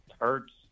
Hurts